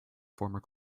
former